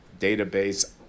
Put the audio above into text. database